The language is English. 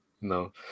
No